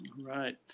Right